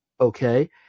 Okay